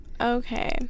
Okay